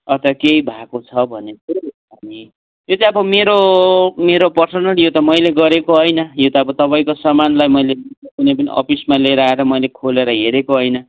अथवा केही भएको छ भने चाहिँ हामी त्यो चाहिँ अब मेरो मेरो पर्सनल यो त मैले गरेको होइन यो त अब तपाईँको सामानलाई मैले कुनै पनि अफिसमा ल्याएर आएर मैले खोलेर हेरेको होइन